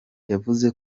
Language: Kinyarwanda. yavuze